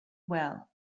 well